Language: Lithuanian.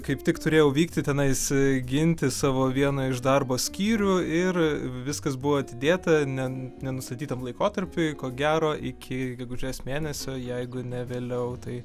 kaip tik turėjau vykti tenais ginti savo vieną iš darbo skyrių ir viskas buvo atidėta nenustatytam laikotarpiui ko gero iki gegužės mėnesio jeigu ne vėliau tai